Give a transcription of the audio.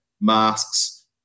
masks